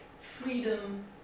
freedom